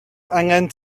angen